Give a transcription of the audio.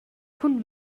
cun